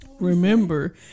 Remember